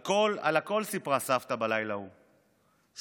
על הכול סיפרה סבתא בלילה ההוא,